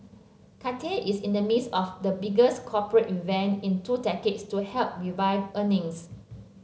Cathay is in the midst of the biggest corporate revamp in two decades to help revive earnings